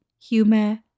humor